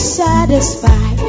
satisfied